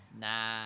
Nah